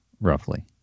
roughly